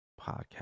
podcast